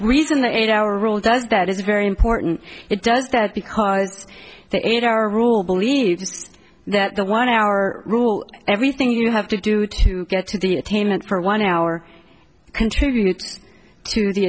reason the eight hour rule does that is very important it does that because the eight hour rule believes that the one hour rule everything you have to do to get to the attainment for one hour contributes to the